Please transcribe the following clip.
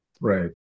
Right